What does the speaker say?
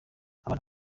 abana